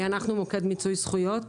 אנחנו מוקד מיצוי זכויות.